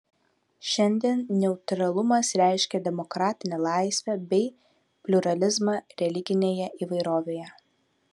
šiandien neutralumas reiškia demokratinę laisvę bei pliuralizmą religinėje įvairovėje